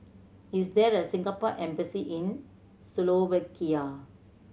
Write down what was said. is there a Singapore Embassy in Slovakia